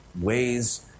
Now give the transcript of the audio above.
ways